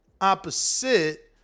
opposite